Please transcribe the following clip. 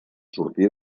sortí